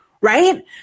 right